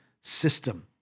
system